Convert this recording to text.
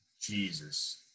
Jesus